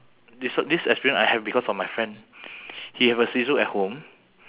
this uh this experience I have because of my friend he have a shih tzu at home